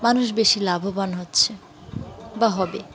মানুষ বেশি লাভবান হচ্ছে বা হবে